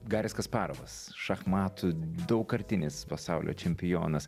garis kasparovas šachmatų daugkartinis pasaulio čempionas